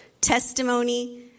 testimony